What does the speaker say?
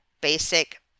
basic